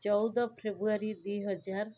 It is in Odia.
ଚଉଦ ଫେବୃୟାରୀ ଦୁଇହଜାର